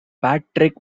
patrick